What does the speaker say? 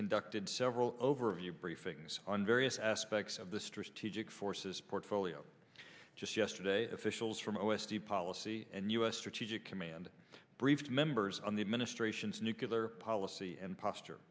conducted several overview briefings on various aspects of the strategic forces portfolio just yesterday officials from iowa city policy and u s strategic command briefed members on the administration's nucular policy and posture